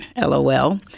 LOL